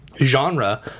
genre